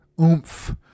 oomph